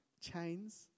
chains